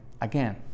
again